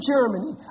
Germany